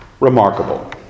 Remarkable